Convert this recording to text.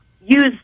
use